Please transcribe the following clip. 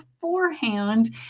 beforehand